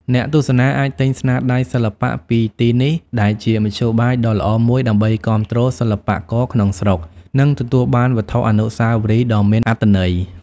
អ្នកទស្សនាអាចទិញស្នាដៃសិល្បៈពីទីនេះ ដែលជាមធ្យោបាយដ៏ល្អមួយដើម្បីគាំទ្រសិល្បករក្នុងស្រុក និងទទួលបានវត្ថុអនុស្សាវរីយ៍ដ៏មានអត្ថន័យ។